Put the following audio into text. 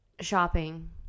Shopping